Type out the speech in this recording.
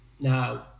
Now